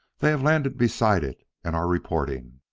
they have landed beside it and are reporting.